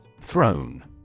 Throne